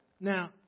Now